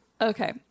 okay